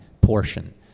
portion